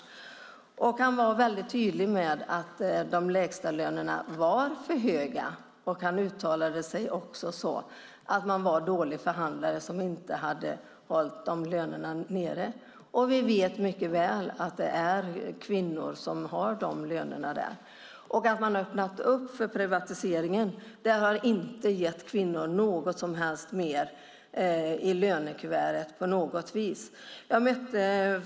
Finansministern var tydlig med att de lägsta lönerna var för höga, och han sade att det var dåligt att förhandlarna inte lyckats hålla dem nere. Vi vet mycket väl att det är kvinnorna som har dessa löner. Att man har öppnat för privatisering har inte gett kvinnor mer i lönekuvertet på något vis.